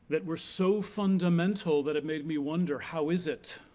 that were so fundamental that it made me wonder how is it